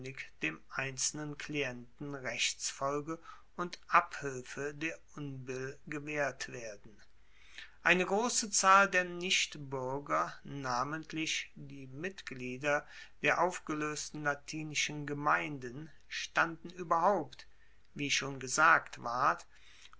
dem einzelnen klienten rechtsfolge und abhilfe der unbill gewaehrt werden eine grosse zahl der nichtbuerger namentlich die mitglieder der aufgeloesten latinischen gemeinden standen ueberhaupt wie schon gesagt ward